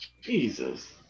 Jesus